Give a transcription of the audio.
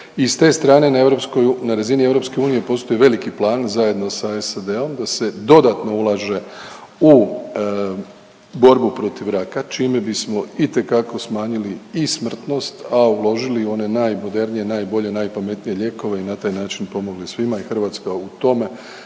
na europskoj, na razni EU postoji veliki plan zajedno sa SAD-om da se dodatno ulaže u borbu protiv raka čime bismo itekako smanjili i smrtnost, a uložili one najmodernije, najbolje, najpametnije lijekove i na taj način pomogli svima i Hrvatska u tome